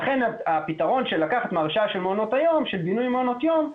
לכן הפתרון של לקחת מהרשאה של בינוי מעונות יום,